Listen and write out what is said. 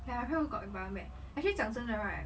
ya my friend also got in bio med~ actually 讲真的 right